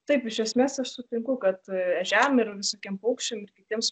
taip iš esmės aš sutinku kad ežiam ir visokiem paukščiam ir kitiems